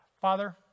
Father